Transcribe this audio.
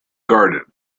garden